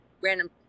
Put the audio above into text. random